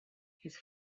his